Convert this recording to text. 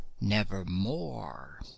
nevermore